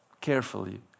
carefully